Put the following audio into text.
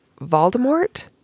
Voldemort